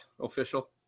official